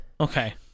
Okay